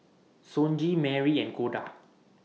Sonji Merrie and Koda